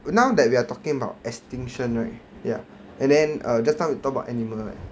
now that we are talking about extinction right ya and then err just now you talk about animal right